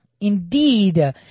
indeed